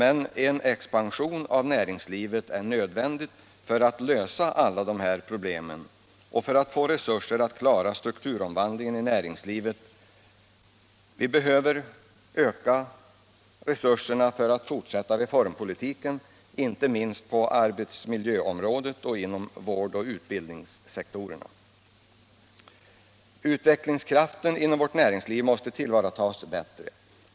En expansion av näringslivet är emellertid nödvändig för att vi skall kunna lösa alla dessa problem och få resurser att klara strukturomvandlingen i näringslivet. Vi måste öka resurserna för att kunna fortsätta reformpolitiken, inte minst på arbetsmiljöområdet och inom vård och utbildningssektorerna. Utvecklingskraften inom vårt näringsliv måste tillvaratas bättre.